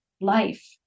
life